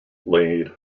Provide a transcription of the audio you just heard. laid